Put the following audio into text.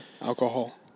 alcohol